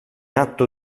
atto